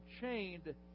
chained